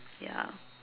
ya